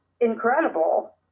incredible